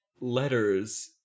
letters